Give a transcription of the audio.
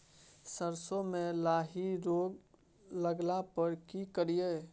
सरसो मे लाही रोग लगला पर की करिये?